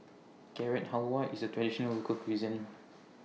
Carrot Halwa IS A Traditional Local Cuisine